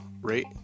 Rate